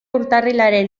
urtarrilaren